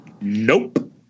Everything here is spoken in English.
Nope